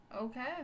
Okay